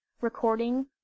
Recording